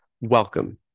Welcome